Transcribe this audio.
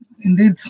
indeed